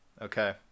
okay